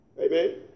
Amen